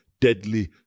deadly